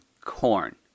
Corn